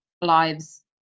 lives